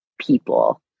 people